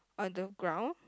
underground